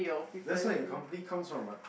that's why your company comes from what